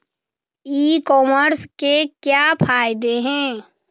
ई commerce के क्या फायदे हैं?